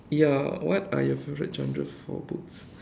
ya what are your favourite genres for books